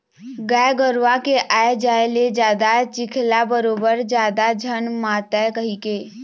गाय गरूवा के आए जाए ले जादा चिखला बरोबर जादा झन मातय कहिके